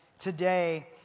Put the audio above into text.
today